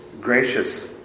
gracious